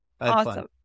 Awesome